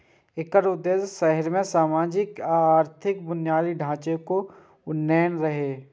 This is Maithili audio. एकर उद्देश्य शहर मे सामाजिक आ आर्थिक बुनियादी ढांचे के उन्नयन रहै